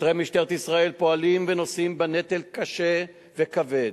שוטרי משטרת ישראל פועלים ונושאים בנטל קשה וכבד.